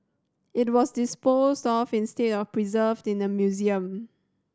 it was disposed of instead of preserved in a museum